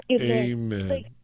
Amen